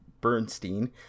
Bernstein